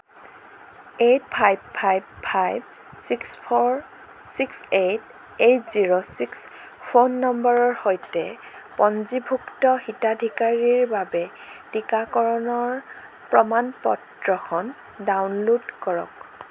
eight five five five six four six eight eight zero six phone নম্বৰৰ সৈতে পঞ্জীভুক্ত হিতাধিকাৰীৰ বাবে টীকাকৰণৰ প্ৰমাণ পত্ৰখন ডাউনলোড কৰক